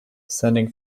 sending